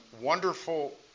wonderful